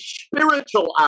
spiritual